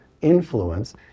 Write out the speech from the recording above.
influence